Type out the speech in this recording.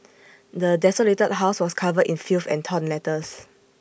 the desolated house was covered in filth and torn letters